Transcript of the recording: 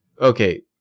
Okay